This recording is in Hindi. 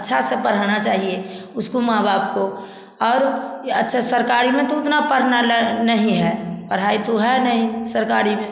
अच्छा से पढ़ाना चाहिए उसको माँ बाप को और अच्छा सरकारी में तो उतना पढ़ना नहीं है पढ़ाई तो है नहीं सरकारी में